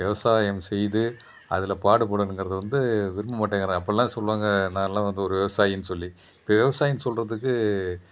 விவசாயம் செய்து அதில் பாடுபடணுங்கிறது வந்து விரும்பமாட்டேங்கிறான் அப்பெல்லாம் சொல்வாங்க நான்லாம் வந்து ஒரு விவசாயின்னு சொல்லி இப்போ விவசாயின்னு சொல்கிறதுக்கு